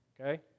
Okay